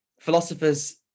philosophers